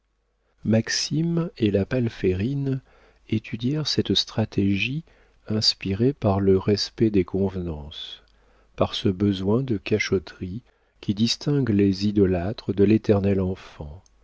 maxime et la palférine étudièrent cette stratégie inspirée par le respect des convenances par ce besoin de cachotterie qui distingue les idolâtres de l'éternel enfant